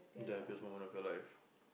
the happiest moment of your life